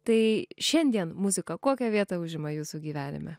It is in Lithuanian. tai šiandien muzika kokią vietą užima jūsų gyvenime